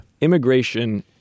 Immigration